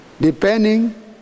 Depending